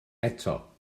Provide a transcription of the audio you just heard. eto